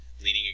leaning